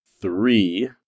three